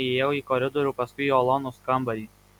įėjau į koridorių paskui į ilonos kambarį